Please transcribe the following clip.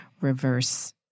reverse